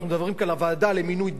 אנחנו מדברים כאן על הוועדה למינוי דיינים,